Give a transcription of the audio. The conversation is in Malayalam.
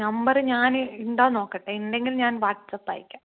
നമ്പർ ഞാൻ ഉണ്ടോ നോക്കട്ടെ ഉണ്ടെങ്കിൽ ഞാൻ വാട്സാപ്പ് അയക്കാം